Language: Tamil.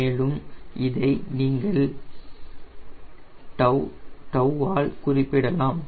மேலும் இதை நீங்கள் 𝜏 ஆல் குறிப்பிடலாம்